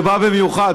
שבא במיוחד,